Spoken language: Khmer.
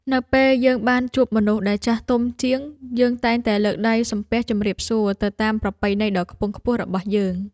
នៅពេលយើងបានជួបមនុស្សដែលចាស់ទុំជាង យើងតែងតែលើកដៃសំពះជម្រាបសួរទៅតាមប្រពៃណីដ៏ខ្ពង់ខ្ពស់របស់យើង។